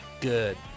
good